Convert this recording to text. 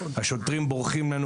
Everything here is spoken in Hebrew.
השוטרים בורחים לנו,